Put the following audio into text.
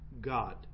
God